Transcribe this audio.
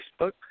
Facebook